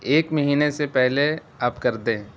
ایک مہینے سے پہلے آپ کر دیں